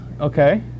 okay